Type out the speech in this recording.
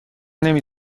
نمی